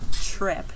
Trip